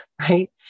right